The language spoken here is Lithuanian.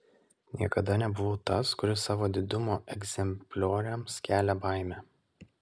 niekada nebuvau tas kuris savo didumo egzemplioriams kelia baimę